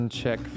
check